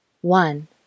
one